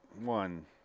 one